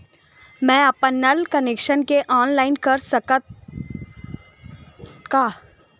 मैं अपन नल कनेक्शन के ऑनलाइन कर सकथव का?